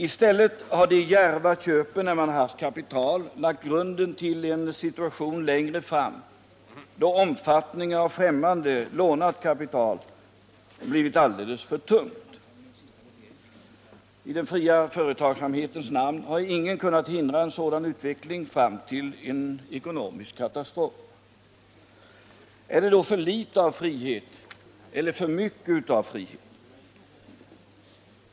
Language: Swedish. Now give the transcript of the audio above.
I stället har de djärva köpen, när man haft kapital, lagt grunden till en situation längre fram då omfattningen av främmande, lånat kapital blivit alldeles för tung att bära. I den fria företagsamhetens namn har ingen kunnat hindra en sådan utveckling fram till en ekonomisk katastrof. Är det då för litet av frihet eller för mycket av frihet?